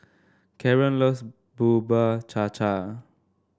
Karon loves Bubur Cha Cha